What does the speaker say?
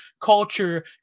culture